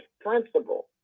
principle